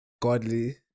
godly